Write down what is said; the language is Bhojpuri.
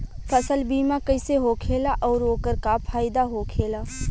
फसल बीमा कइसे होखेला आऊर ओकर का फाइदा होखेला?